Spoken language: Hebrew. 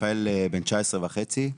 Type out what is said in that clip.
רפאל בן 19 וחצי.